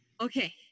Okay